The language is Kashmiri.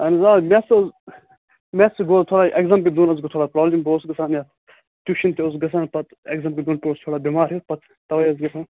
اہن حظ آ میتھس اوس میتھسٕے گوٚو تھوڑا یہِ ایٚکزام کیٚن دوہن وسُس بہٕ تھوڑا پرابلِم بہٕ اوسُس گژھان یہِ ٹیٛوٗشَن تہِ اوسُس گژھان پَتہٕ ایٚکزام کیٚن دوہن پیٚوس تھوڑا بیٚمار ہیٛوٗ پَتہٕ تَوَے اوس گژھان